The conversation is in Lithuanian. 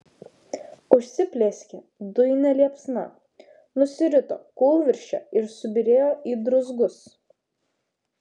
užsiplieskė dujine liepsna nusirito kūlvirsčia ir subyrėjo į druzgus